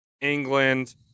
England